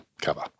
cover